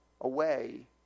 away